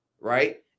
right